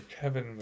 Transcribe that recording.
Kevin